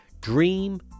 dream